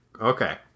Okay